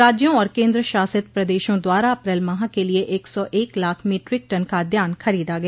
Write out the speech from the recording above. राज्यों और केन्द्रशासित प्रदेशों द्वारा अप्रैल माह के लिए एक सौ एक लाख मीट्रिक टन खादयान्न खरीदा गया